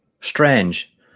Strange